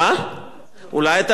בטוח שהם, אולי תעזור לי לשכנע אותם.